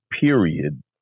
period